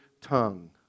tongue